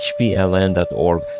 hpln.org